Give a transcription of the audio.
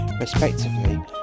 respectively